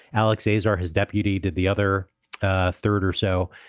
alex azar, his deputy, did the other ah third or so